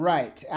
Right